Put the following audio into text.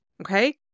Okay